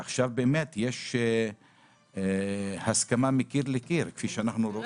עכשיו יש הסכמה מקיר לקיר, כפי שאנחנו רואים.